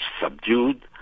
subdued